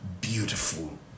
Beautiful